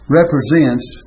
represents